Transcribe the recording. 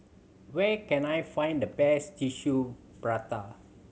where can I find the best Tissue Prata